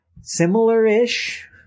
similar-ish